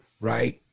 Right